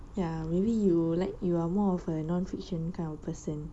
ya maybe you like you are more of a non fiction kind of person